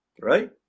right